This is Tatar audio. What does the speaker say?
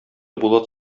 булат